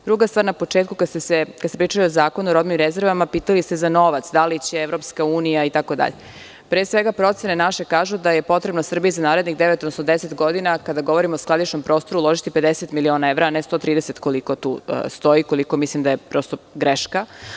Druga stvar, na početku kada ste pričali o Zakonu o robnim rezervama pitali ste za novac, da li će EU itd, pre svega naše procene kažu da je potrebno Srbiji za narednih devet odnosno deset godina, kada govorimo o skladišnom prostoru, potrebno uložiti 50 miliona evra a ne 130, koliko tu stoji, koliko mislim da je greška.